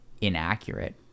inaccurate